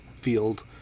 field